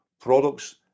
products